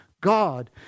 God